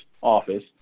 office